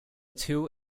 two